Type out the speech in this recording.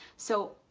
so,